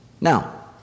Now